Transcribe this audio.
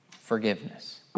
Forgiveness